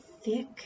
thick